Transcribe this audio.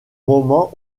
moment